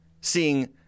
seeing